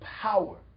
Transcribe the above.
power